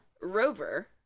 rover